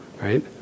right